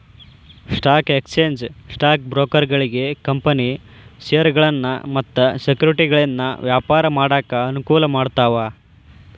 stock exchange stock ಬ್ರೋಕರ್ಗಳಿಗಿ company ಷೇರಗಳನ್ನ ಮತ್ತ ಸೆಕ್ಯುರಿಟಿಗಳನ್ನ ವ್ಯಾಪಾರ ಮಾಡಾಕ ಅನುಕೂಲ ಮಾಡ್ತಾವ